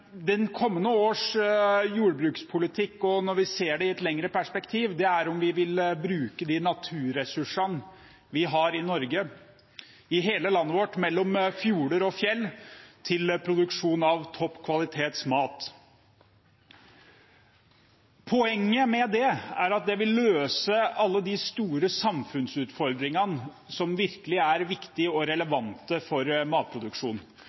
den kunnskapen vi trenger for å forsterke matproduksjonen vår og sørge for trygg mat til befolkningen i årene som kommer. Det avgjørende spørsmålet for kommende års jordbrukspolitikk og når vi ser det i et lengre perspektiv, er om vi vil bruke de naturressursene vi har i Norge, i hele landet vårt, mellom fjorder og fjell, til produksjon av mat av topp kvalitet. Poenget med det er at det